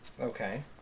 Okay